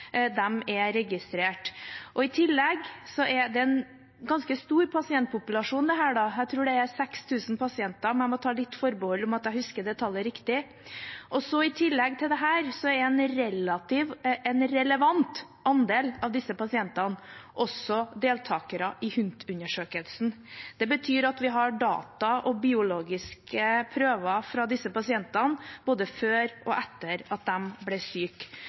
er en ganske stor pasientpopulasjon, jeg tror det er 6 000 – men jeg må ta litt forbehold om at jeg husker tallet riktig. I tillegg til dette er en relevant andel av disse pasientene også deltakere i HUNT-undersøkelsen. Det betyr at vi har data og biologiske prøver fra disse pasientene både før og etter at de ble